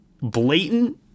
blatant